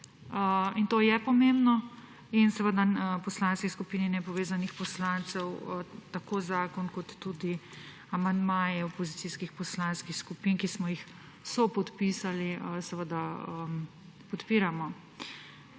To je pomembno, in v Poslanski skupini nepovezanih poslancev tako zakon kot tudi amandmaje opozicijskih poslanskih skupin, ki smo jih sopodpisali, seveda podpiramo.